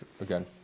again